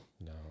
No